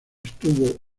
estuvo